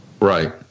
Right